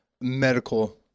medical